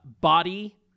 body